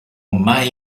mai